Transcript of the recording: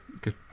Good